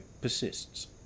persists